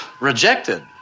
rejected